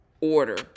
order